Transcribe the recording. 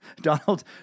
Donald